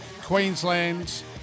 Queensland